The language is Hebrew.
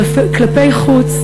כלפי חוץ,